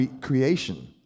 creation